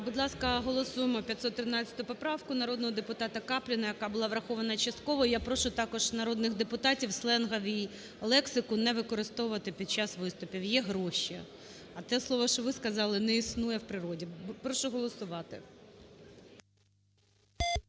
Будь ласка, голосуємо 513 поправку народного депутатаКапліна, яка була врахована частково. Я прошу також народних депутатівсленгову лексику не використовувати під час виступів. Є "гроші", а те слово, що ви сказали, не існує в природі. Прошу голосувати.